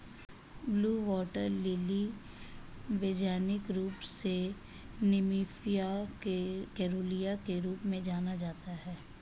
blue water lily वैज्ञानिक रूप से निम्फिया केरूलिया के रूप में जाना जाता है